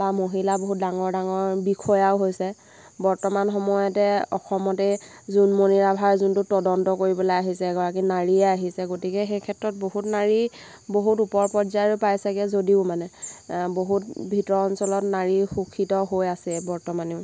বা মহিলা বহুত ডাঙৰ ডাঙৰ বিষয়াও হৈছে বৰ্তমান সময়তে অসমতেই জোনমণি ৰাভাৰ যোনটো তদন্ত কৰিবলৈ আহিছে এগৰাকী নাৰীয়ে আহিছে গতিকে সেই ক্ষেত্ৰত বহুত নাৰী বহুত ওপৰ পৰ্যায়ো পাইছেগৈ যদিও মানে বহুত ভিতৰুৱা অঞ্চলত নাৰী শোষিত হৈ আছে বৰ্তমানেও